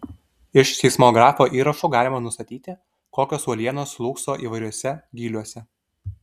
iš seismografo įrašų galima nustatyti kokios uolienos slūgso įvairiuose gyliuose